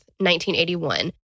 1981